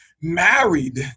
married